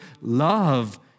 love